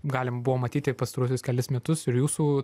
galim buvo matyti pastaruosius kelis metus ir jūsų